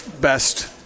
best